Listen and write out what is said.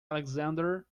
alexander